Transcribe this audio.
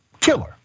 killer